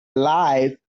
life